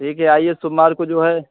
ठीक है आइए सोमवार को जो है